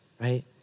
right